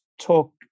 talk